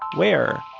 where,